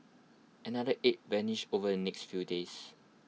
another eight vanished over the next few days